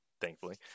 thankfully